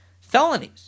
felonies